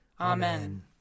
Amen